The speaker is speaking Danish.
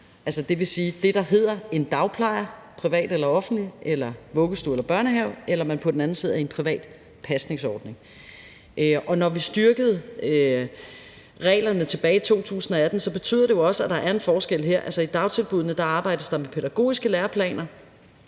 det vil sige det, der hedder en dagplejer, privat eller offentlig, eller vuggestue eller børnehave, eller det, der på den anden side er en privat pasningsordning. Og når vi styrkede reglerne tilbage i 2018, betyder det jo også, at der er en forskel her. I dagtilbuddene arbejdes der med pædagogiske læreplaner;